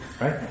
Right